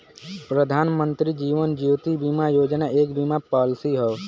प्रधानमंत्री जीवन ज्योति बीमा योजना एक बीमा पॉलिसी हौ